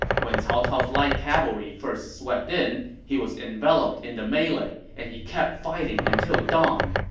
when cao cao's light cavalry first swept in, he was enveloped in the melee, and he kept fighting until dawn.